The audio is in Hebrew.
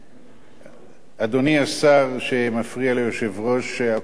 אדוני השר שמפריע ליושב-ראש הקואליציה להקשיב לי,